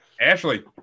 Ashley